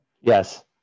Yes